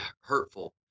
hurtful